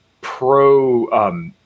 pro-